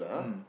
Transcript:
mm